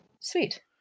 sweet